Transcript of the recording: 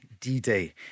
D-Day